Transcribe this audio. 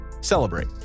celebrate